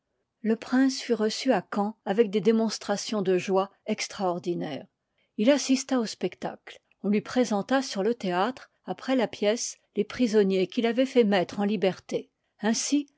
le prince fut reçu à caen avec des démonstrations de joie extraordinaires il assista au spectacle on lui présenta sur le théâtre après la pièce les prisonniers qu'il avoit fait mettre en liberté ainsi